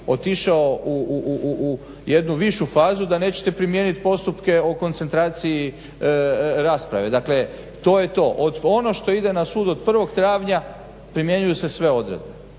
otišao u jednu višu fazu da nećete primijeniti postupke o koncentraciji rasprave. dakle to je to. ono što ide na sud od 1.travnja primjenjuju se sve odredbe.